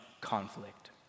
conflict